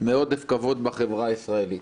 מעודף כבוד בחברה הישראלית.